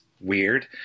weird